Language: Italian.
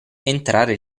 entrare